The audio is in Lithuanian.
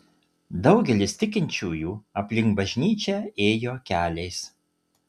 daugelis tikinčiųjų aplink bažnyčią ėjo keliais